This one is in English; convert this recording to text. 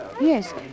Yes